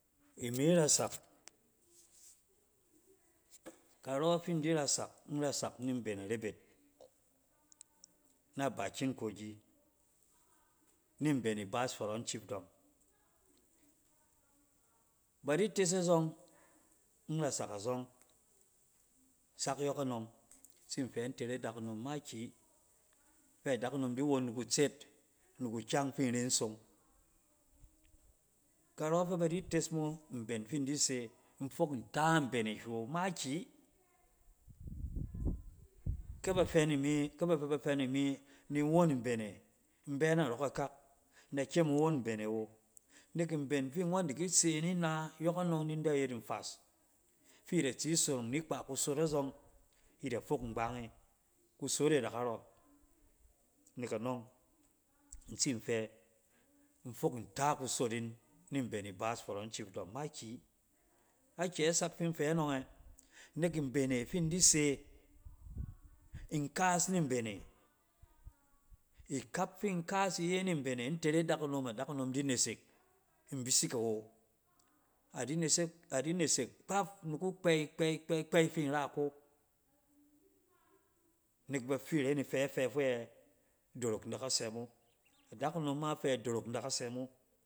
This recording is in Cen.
Lmi rasak, karɔng fin di rasak, in rasak ni mben a rebet na bakin-kogi, ni mbem ibaas foron chiefdom. Ba di tes azɔng, in rasak azɔng, sak yɔkɔnɔng in tsin fɛ intere adakunom makiyi fɛ dakunom di won ni kutset, ni kukyang fi in ren song. Karɔ fɛ badites mo, mben fi in dise in fok nta mbene hywe awo makiyi. Kɛ ba fɛni mi, kɛ ba fɛ ba fɛ ni mi ni in won mben e in bɛ narɔ kakak, in da kyem in won mben e wo. Nek mben fi ngɔn di ki tse ni na yɔkɔnɔng ni in da yet nfas, fi ida tsi sonong ni kpa kusot azɔng ida fok mbange, kusote da ka rɔ. Nek anɔng in tsin fɛ in fok nta kusot in ni mbem ibaas furon chiefdom makiyi. Akyɛ sak fin fɛ nɔng ɛ? Nek mben e fin dise in kaas ni mbene, lkap fin kaas iye ni mben e in tere adakunom nek adakunom di nesek in bisik awo. Adi nesek, adi nesek kpaf ni kukpey kpey-kpey-kpey fin ra ko. Nek bafi ren ifɛ fɛ fokɛ, dorok in da ka sɛ mo. Adakunom ma a fɛ dorok in da ka sɛ mo.